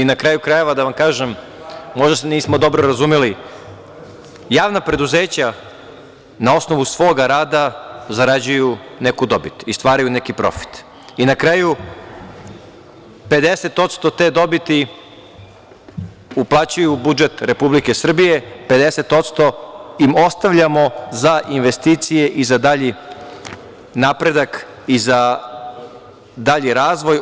Na kraju krajeva, da vam kažem, možda se nismo dobro razumeli, javna preduzeća na osnovu svoga rada zarađuju neku dobit i stvaraju neki profit i na kraju 50% te dobiti uplaćuju u budžet Republike Srbije, 50% im ostavljamo za investicije i za dalji napredak i za dalji razvoj.